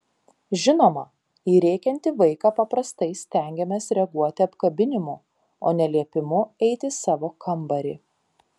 žinoma į rėkiantį vaiką paprastai stengiamės reaguoti apkabinimu o ne liepimu eiti į savo kambarį